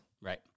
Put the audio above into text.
Right